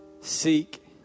seek